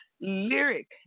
Lyric